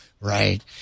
right